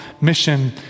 mission